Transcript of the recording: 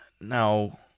Now